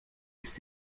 ist